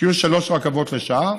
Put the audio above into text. שיהיו שלוש רכבות לשעה,